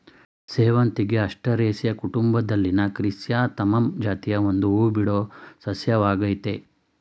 ಸೇವಂತಿಗೆ ಆಸ್ಟರೇಸಿಯಿ ಕುಟುಂಬದಲ್ಲಿನ ಕ್ರಿಸ್ಯಾಂಥಮಮ್ ಜಾತಿಯ ಒಂದು ಹೂಬಿಡೋ ಸಸ್ಯವಾಗಯ್ತೆ